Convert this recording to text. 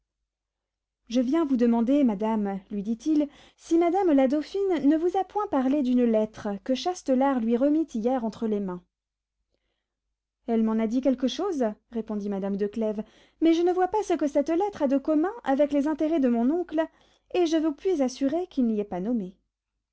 je viens vous demander madame lui dit-il si madame la dauphine ne vous a point parlé d'une lettre que châtelart lui remit hier entre les mains elle m'en a dit quelque chose répondit madame de clèves mais je ne vois pas ce que cette lettre a de commun avec les intérêts de mon oncle et je vous puis assurer qu'il n'y est pas nommé